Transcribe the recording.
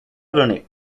vlny